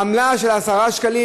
עמלה של 10 שקלים,